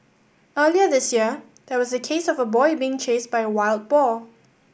earlier this year there was a case of a boy being chased by a wild boar